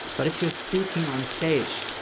but if you're speaking on stage,